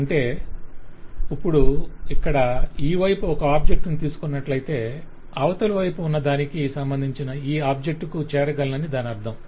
అంటే ఇప్పుడు ఇక్కడ ఈవైపు ఒక ఆబ్జెక్ట్ ను తీసుకొన్నట్లైతే అవతలివైపు ఉన్న దానికి సంబంధించిన ఈ ఆబ్జెక్ట్ కు చెరగలనని దాని అర్ధం